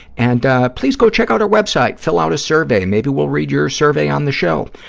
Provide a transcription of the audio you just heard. and please go check out our web site. fill out a survey. maybe we'll read your survey on the show.